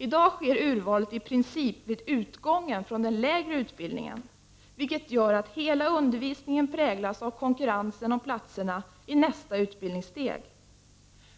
I dag sker urvalet i princip vid utgången från den lägre utbildningen, vilket gör att hela undervisningen präglas av konkurrensen om platserna i nästa utbildningssteg.